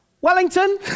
Wellington